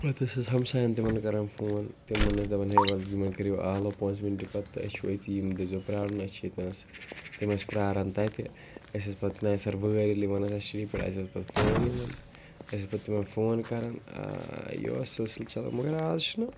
پَتہٕ ٲسۍ أسۍ ہمسایَن تِمَن کَران فون تِمَن ٲسۍ دَپان ہے وَلہٕ یِمَن کٔرِو آلو پانٛژھِ مِنٹہٕ پَتہٕ تہٕ اَسہِ چھُو أتی یِم دٔپۍزیو پرٛارُن اَسہِ چھِ ییٚتہِ نَس تِم ٲسۍ پرٛاران تَتہِ أسۍ ٲسۍ پَتہٕ نیہِ سَر وٲرۍ ییٚلہِ یِوان ٲس اٮ۪س ٹی ڈی پٮ۪ٹھ اَسہِ اوس پَتہٕ فون یِوان أسۍ ٲسۍ پَتہٕ تِمَن فون کَران یہِ اوس سِلسِلہٕ چَلان مگر اَز چھُنہٕ